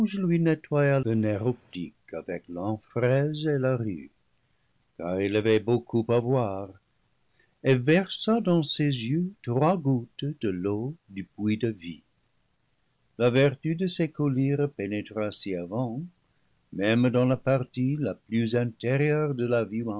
l'enfraise et la rue car il avait beaucoup à voir et versa dans ses yeux trois gouttes de l'eau du puits de vie la vertu de ces collyres pénétra si avant même dans la partie la plus intérieure de la vue